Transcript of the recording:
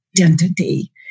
identity